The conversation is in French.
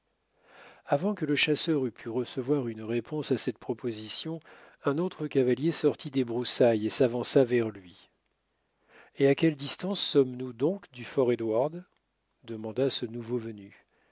avant que le chasseur eût pu recevoir une réponse à cette proposition un autre cavalier sortit des broussailles et s'avança vers lui et à quelle distance sommes-nous donc du fort édouard demanda ce nouveau venu